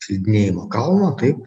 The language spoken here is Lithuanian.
slidinėjimo kalno taip